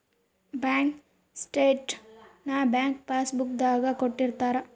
bank statement ನ bank passbook ದಾಗ ಕೊಟ್ಟಿರ್ತಾರ